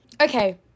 okay